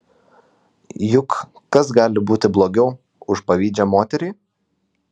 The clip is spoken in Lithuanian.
juk kas gali būti blogiau už pavydžią moterį